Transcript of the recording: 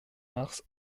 mars